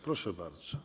Proszę bardzo.